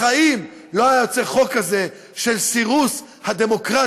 בחיים לא היה יוצא חוק כזה, של סירוס הדמוקרטיה,